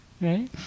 right